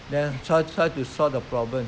uh try try to solve the problem